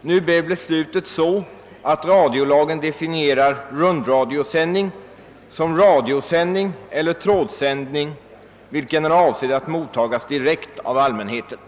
Nu blev beslutet sådant att radiolagen definierar rundradiosändning som radiosändning eller trådsändning vilken är avsedd att mottagas direkt av allmänheten.